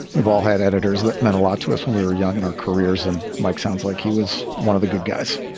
we've all had editors that meant a lot to us when we were young in our careers. and mike sounds like he was one of the good guys.